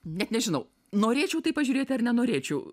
net nežinau norėčiau tai pažiūrėti ar nenorėčiau